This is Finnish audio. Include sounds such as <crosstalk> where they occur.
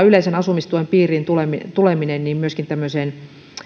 <unintelligible> yleisen asumistuen piiriin tuleminen on johtanut myöskin tämmöisen